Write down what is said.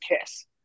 KISS